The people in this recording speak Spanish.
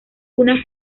una